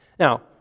Now